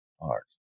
art